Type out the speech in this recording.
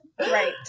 Right